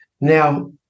Now